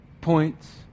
points